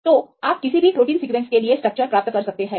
तो आप किसी भी प्रोटीन सीक्वेंस के लिए स्ट्रक्चर्स प्राप्त कर सकते हैं